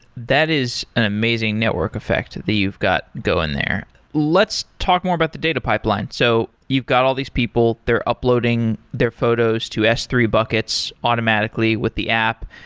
that is an amazing network effect that you've got going there. let's talk more about the data pipeline. so you've got all these people. they're uploading their photos to s three buckets automatically with the app.